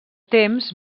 temps